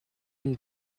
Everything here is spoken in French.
une